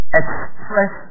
express